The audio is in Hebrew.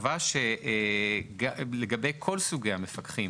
קבע שלגבי כל סוגי המפקחים,